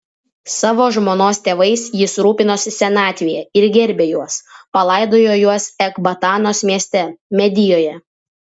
savo žmonos tėvais jis rūpinosi senatvėje ir gerbė juos palaidojo juos ekbatanos mieste medijoje